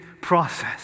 process